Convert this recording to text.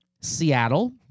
Seattle